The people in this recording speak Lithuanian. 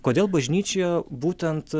kodėl bažnyčioje būtent